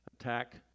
attack